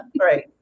Right